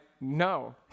no